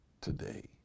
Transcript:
today